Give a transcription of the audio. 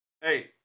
Hey